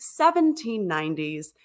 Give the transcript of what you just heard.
1790s